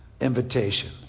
invitation